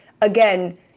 again